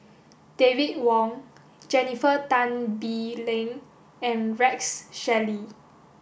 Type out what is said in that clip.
David Wong Jennifer Tan Bee Leng and Rex Shelley